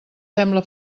sembla